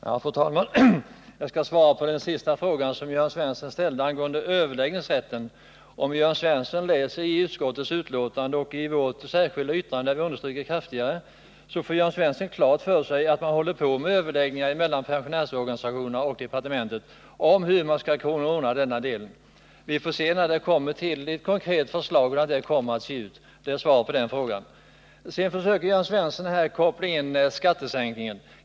Fru talman! Jag skall svara på den sista frågan som Jörn Svensson ställde angående överläggningsrätten. Om Jörn Svensson läser i utskottsbetänkandet och i vårt särskilda yttrande, där vi gör en kraftigare understrykning, får Jörn Svensson klart för sig att man håller på med överläggningar mellan pensionärsorganisationerna och departementet om hur man skall kunna ordna denna del. När det kommer till ett konkret förslag får vi se hur det ser ut. Det är svaret på den frågan. Sedan försöker Jörn Svensson göra en sammankoppling med skattesänkningar.